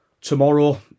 tomorrow